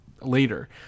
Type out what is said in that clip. later